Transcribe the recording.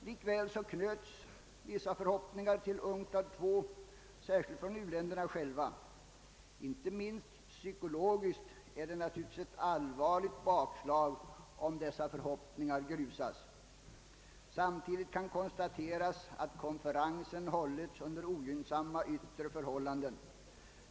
Likväl knöts vissa förhoppningar till UNCTAD II särskilt från u-länderna själva. Inte minst psykologiskt är det naturligtvis ett allvarligt bakslag om dessa förhoppningar grusas. Samtidigt kan konstateras att konferensen hållits under ogynnsamma yttre förhållanden.